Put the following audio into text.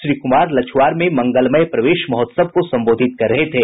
श्री कुमार लछुआर में मंगलमय प्रवेश महोत्सव को संबोधित कर रहे थे